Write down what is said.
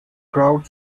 crowd